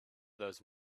those